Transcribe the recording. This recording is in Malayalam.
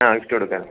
അ ഗിഫ്റ് കൊടുക്കാൻ